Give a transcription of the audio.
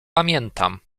pamiętam